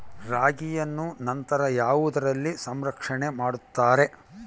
ರಾಗಿಯನ್ನು ನಂತರ ಯಾವುದರಲ್ಲಿ ಸಂರಕ್ಷಣೆ ಮಾಡುತ್ತಾರೆ?